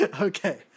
Okay